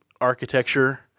architecture